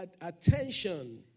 attention